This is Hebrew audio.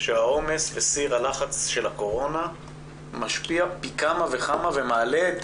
העומס וסיר הלחץ של הקורונה משפיע פי כמה וכמה ומעלה את